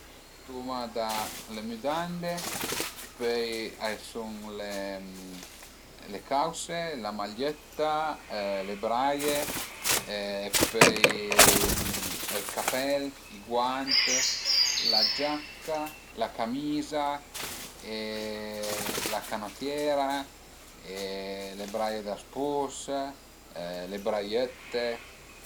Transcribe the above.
Partuma da le müdande, pöi a i sun le cause, la magliëtta, le braie, pöi ël capèl, i guant, la giacca, la camiza e la canotiera, le braie da spus, le braiëtte